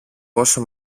πόσο